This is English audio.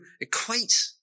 equate